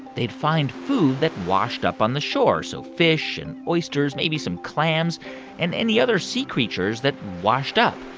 they'd find food that washed up on the shore so fish and oysters, maybe some clams and any other sea creatures that washed up.